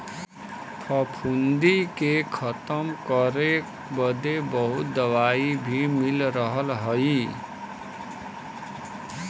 फफूंदी के खतम करे बदे बहुत दवाई भी मिल रहल हई